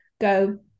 go